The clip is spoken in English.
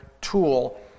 tool